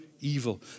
evil